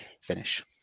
finish